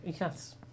Yes